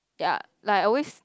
ya like I always